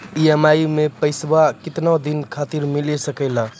EMI मैं पैसवा केतना दिन खातिर मिल सके ला?